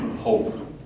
hope